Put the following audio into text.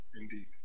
indeed